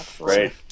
right